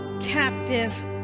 captive